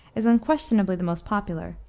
is unquestionably the most popular,